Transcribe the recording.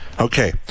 Okay